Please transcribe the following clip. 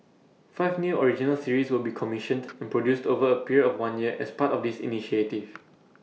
five new original series will be commissioned and produced over A period of one year as part of this initiative